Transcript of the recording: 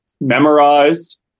memorized